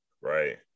right